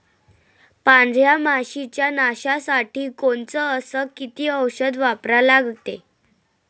पांढऱ्या माशी च्या नाशा साठी कोनचं अस किती औषध वापरा लागते?